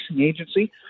agency